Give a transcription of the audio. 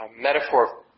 metaphor